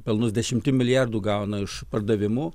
pelnus dešimtim milijardų gauna iš pardavimo